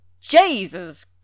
Jesus